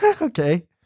Okay